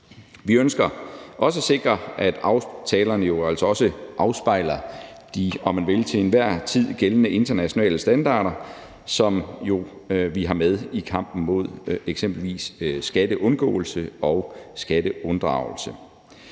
jo altså også at sikre, at aftalerne afspejler de – om man vil – til enhver tid gældende internationale standarder, som vi har med i kampen mod eksempelvis skatteundgåelse og skatteunddragelse.